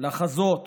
לחזות